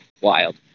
wild